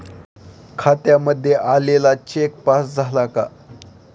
खात्यामध्ये आलेला cheque pass झाला का?